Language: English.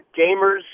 gamers